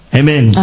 amen